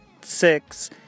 six